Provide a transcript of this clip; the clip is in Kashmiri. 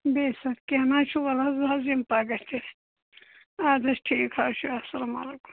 بیٚیہِ ساتہٕ کینٛہہ نہ حَظ چھُ وَلہٕ حَظ بہٕ حَظ یِمہٕ پگاہ تیٚلہِ ادٕ حَظ ٹھیٖک حَظ چھُ اسلام علیکُم